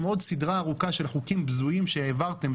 עוד סדרה ארוכה של חוקים בזויים שהעברתם,